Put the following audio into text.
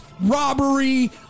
robbery